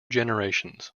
generations